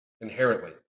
Inherently